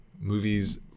movies